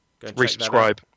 Resubscribe